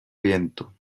viento